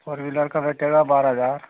four wheeler का rate हैगा बारह हज़ार